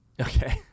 okay